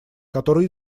которые